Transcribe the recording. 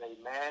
amen